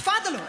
תפדלו,